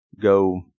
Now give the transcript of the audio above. go